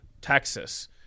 texas